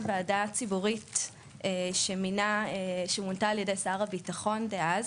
ועדה ציבורית שמונתה על-ידי שר הביטחון דאז,